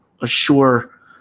assure